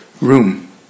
room